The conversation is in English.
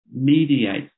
mediates